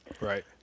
Right